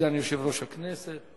סגן יושב-ראש הכנסת.